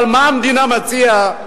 אבל, מה המדינה מציעה?